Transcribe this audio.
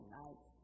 night